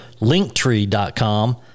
linktree.com